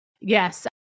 Yes